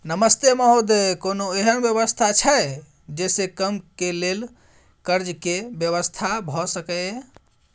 नमस्ते महोदय, कोनो एहन व्यवस्था छै जे से कम के लेल कर्ज के व्यवस्था भ सके ये?